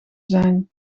zijn